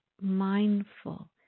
mindful